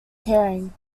caring